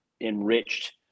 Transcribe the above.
enriched